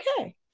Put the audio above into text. Okay